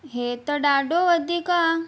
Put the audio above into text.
हीअ त ॾाढो वधीक आहे